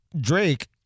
drake